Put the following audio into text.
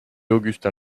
augustin